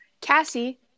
Cassie